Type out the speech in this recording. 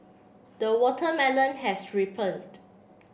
the watermelon has ripened